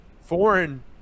foreign